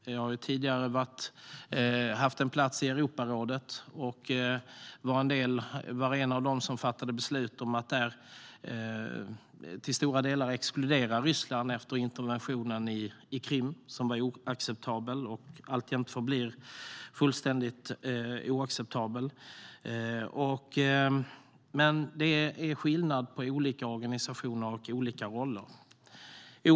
Vi har tidigare haft en plats i Europarådet och var en av dem som fattade beslut om att där till stora delar exkludera Ryssland efter interventionen på Krim, som var oacceptabel och alltjämt förblir fullständigt oacceptabel. Men det är skillnad mellan olika organisationer och olika roller.